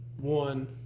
one